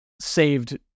saved